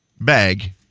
bag